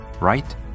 right